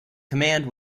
command